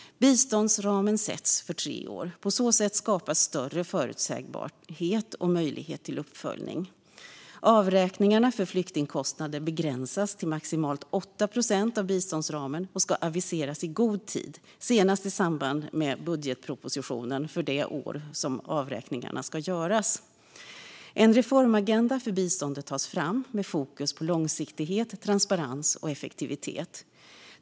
Biståndsramen sätts för tre år. På så sätt skapas större förutsägbarhet och möjlighet till uppföljning. Avräkningarna för flyktingkostnader begränsas till maximalt 8 procent av biståndsramen och ska aviseras i god tid, senast i samband med budgetpropositionen för det år som avräkningarna ska göras. En reformagenda för biståndet tas fram med fokus på långsiktighet, transparens och effektivitet.